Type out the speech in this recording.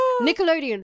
Nickelodeon